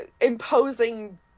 imposing